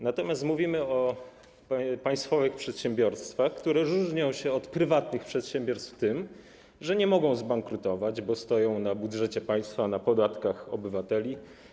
Natomiast mówimy o państwowych przedsiębiorstwach, które różnią się od prywatnych przedsiębiorstw tym, że nie mogą zbankrutować, bo opierają się na budżecie państwa, na podatkach obywateli.